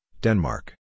Denmark